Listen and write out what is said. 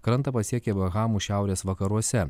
krantą pasiekė bahamų šiaurės vakaruose